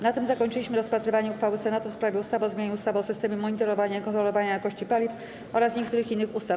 Na tym zakończyliśmy rozpatrywanie uchwały Senatu w sprawie ustawy o zmianie ustawy o systemie monitorowania i kontrolowania jakości paliw oraz niektórych innych ustaw.